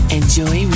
enjoy